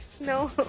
No